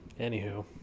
anywho